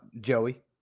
joey